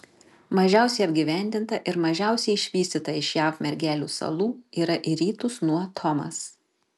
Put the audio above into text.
mažiausiai apgyvendinta ir mažiausiai išvystyta iš jav mergelių salų yra į rytus nuo thomas